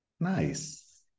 Nice